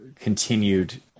continued